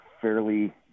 fairly